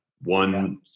one